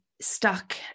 stuck